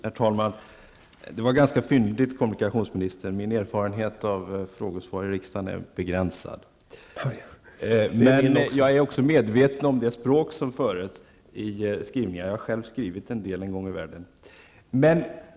Herr talman! Det var ganska fyndigt av kommunikationsministern att tala om erfarenhet. Min erfarenhet av frågesvar här i kammaren är starkt begränsad. Men jag känner till det språk som används i skrivningarna -- jag har själv skrivit en del en gång i världen.